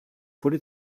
wurde